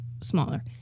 smaller